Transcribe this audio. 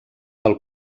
del